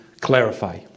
clarify